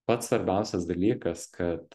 pats svarbiausias dalykas kad